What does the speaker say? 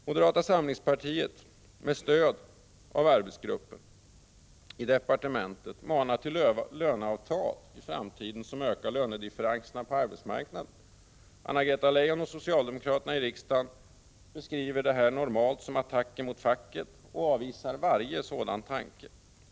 Moderata samlingspartiet, med stöd av arbetsgruppen i arbetsmarknadsdepartementet, manar till löneavtal i framtiden som ökar lönedifferenserna på arbetsmarknaden. Anna-Greta Leijon och socialdemokraterna i riksdagen beskriver detta som attacker mot facket och avvisar varje sådan tanke.